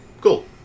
Cool